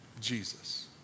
Jesus